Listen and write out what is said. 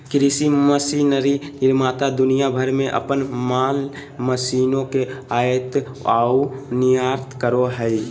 कृषि मशीनरी निर्माता दुनिया भर में अपन माल मशीनों के आयात आऊ निर्यात करो हइ